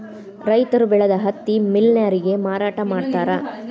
ರೈತರ ಬೆಳದ ಹತ್ತಿ ಮಿಲ್ ನ್ಯಾರಗೆ ಮಾರಾಟಾ ಮಾಡ್ತಾರ